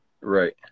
Right